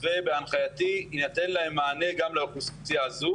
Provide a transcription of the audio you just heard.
ובהנחייתי יינתן להם מענה גם לאוכלוסייה הזו.